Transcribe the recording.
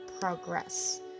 progress